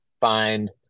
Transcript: find